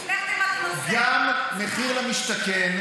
גם מחיר למשתכן,